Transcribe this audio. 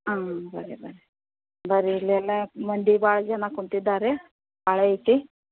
ಹಾಂ ಬನ್ರಿ ಬನ್ರಿ ಬನ್ರಿ ಇಲ್ಲಿ ಎಲ್ಲ ಮಂದಿ ಭಾಳ ಜನ ಕೂತಿದ್ದಾರೆ ಆಳ ಐತಿ